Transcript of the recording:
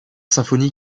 symphonie